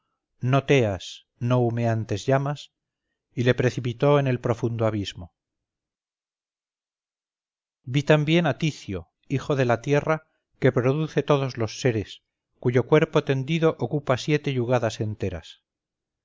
disparó entre densas nubes un dardo no teas no humeantes llamas y le precipitó en el profundo abismo vi también a ticio hijo de la tierra que produce todos los seres cuyo cuerpo tendido ocupa siete yugadas enteras